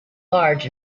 large